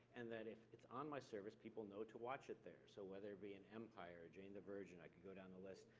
and that if it's on my service, people know to watch it there. so whether it be an empire, a jane the virgin, i could go down the list,